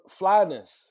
Flyness